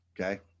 Okay